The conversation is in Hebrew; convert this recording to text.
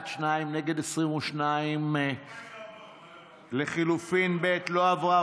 ' לא עברה.